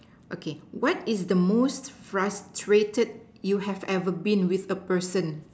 okay what is the most frustrated you have ever been with a person